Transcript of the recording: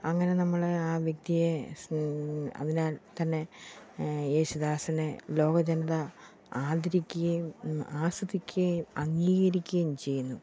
അങ്ങനെ നമ്മൾ ആ വ്യക്തിയെ അതിനാൽ തന്നെ യേശുദാസിനെ ലോകജനത ആദരിക്കുകയും ആസ്വദിക്കയും അംഗീകരിക്കയും ചെയ്യുന്നു